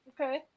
Okay